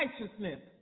righteousness